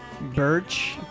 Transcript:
birch